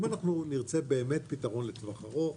אם נרצה באמת פתרון לטווח ארוך,